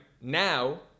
now